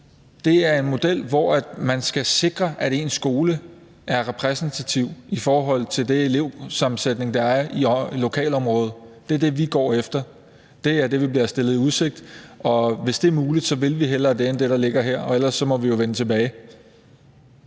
Det er en model, hvor man skal sikre, at ens skole er repræsentativ i forhold til den elevsammensætning, der er i lokalområdet. Det er det, vi går efter, det er det, vi bliver stillet i udsigt, og hvis det er muligt, vil vi hellere det end det, der ligger her. Ellers må vi jo vende tilbage.